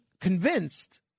convinced